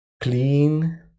clean